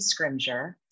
Scrimger